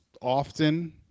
often